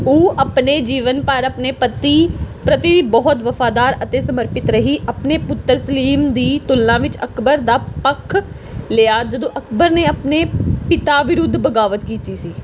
ਉਹ ਆਪਣੇ ਜੀਵਨ ਭਰ ਆਪਣੇ ਪਤੀ ਪ੍ਰਤੀ ਬਹੁਤ ਵਫ਼ਾਦਾਰ ਅਤੇ ਸਮਰਪਿਤ ਰਹੀ ਆਪਣੇ ਪੁੱਤਰ ਸਲੀਮ ਦੀ ਤੁਲਨਾ ਵਿੱਚ ਅਕਬਰ ਦਾ ਪੱਖ ਲਿਆ ਜਦੋਂ ਅਕਬਰ ਨੇ ਆਪਣੇ ਪਿਤਾ ਵਿਰੁੱਧ ਬਗਾਵਤ ਕੀਤੀ ਸੀ